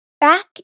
Back